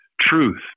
truth